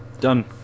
Done